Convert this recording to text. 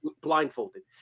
blindfolded